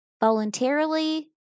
voluntarily